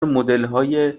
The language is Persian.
مدلهای